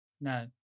No